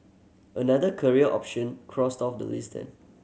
another career option crossed off the list then